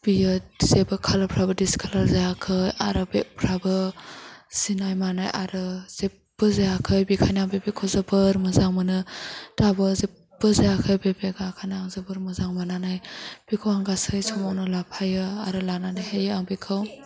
बियो जेबो कालारफ्राबो डिसकालार जायाखै आरो बेगफ्राबो जिनाय मानाय आरो जेबबो जायाखै बेखायनो बे बेगखौ जोबोर मोजां मोनो दाबो जेबबो जायाखै बे बेगा ओखायनो आं जोबोर मोजां मोन्नानै बेखौ आं गासै समावनो लाफायो आरो लानानैहायो आं बिखौ